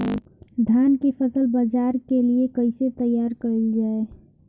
धान के फसल बाजार के लिए कईसे तैयार कइल जाए?